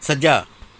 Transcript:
ਸੱਜਾ